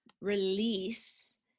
release